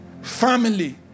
family